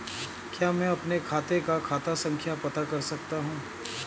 क्या मैं अपने खाते का खाता संख्या पता कर सकता हूँ?